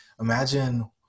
Imagine